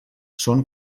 són